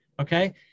okay